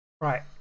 Right